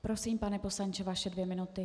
Prosím, pane poslanče, vaše dvě minuty.